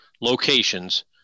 locations